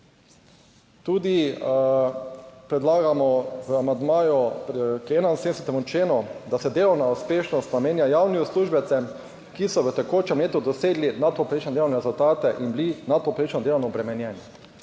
Tudi predlagamo v amandmaju k 71. členu, da se delovna uspešnost namenja javnim uslužbencem, ki so v tekočem letu dosegli nadpovprečne delovne rezultate in bili nadpovprečno delovno obremenjeni.